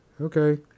okay